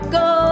go